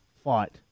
Fight